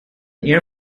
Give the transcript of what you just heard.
air